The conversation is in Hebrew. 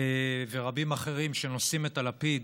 ורבים אחרים שנושאים את הלפיד